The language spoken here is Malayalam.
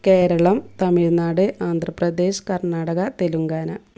കേരളം തമിഴ്നാട് ആന്ധ്രപ്രദേശ് കർണാടക തെലങ്കാന